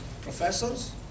professors